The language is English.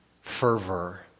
fervor